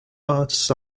arts